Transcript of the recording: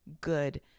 good